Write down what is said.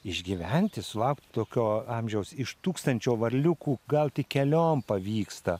išgyventi sulaukti tokio amžiaus iš tūkstančio varliukų gal tik keliom pavyksta